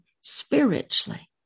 spiritually